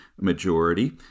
majority